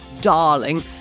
darling